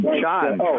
John